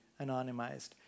anonymized